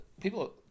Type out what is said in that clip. people